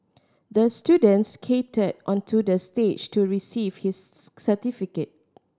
the student skated onto the stage to receive his certificate